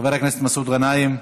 חבר הכנסת מסעוד גנאים,